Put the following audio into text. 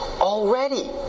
already